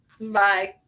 Bye